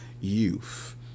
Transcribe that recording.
youth